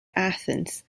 athens